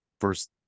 first